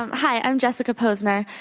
um hi, i'm jessica posener.